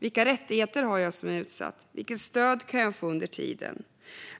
Vilka rättigheter har jag som utsatt? Vilket stöd kan jag få under tiden?